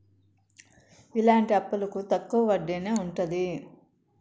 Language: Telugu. ఇలాంటి అప్పులకు తక్కువ వడ్డీనే ఉంటది